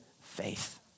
faith